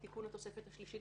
תיקון התוספת השלישית